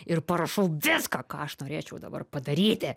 ir parašau viską ką aš norėčiau dabar padaryti